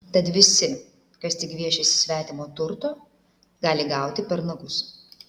tad visi kas tik gviešiasi svetimo turto gali gauti per nagus